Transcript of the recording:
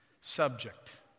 subject